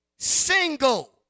single